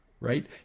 right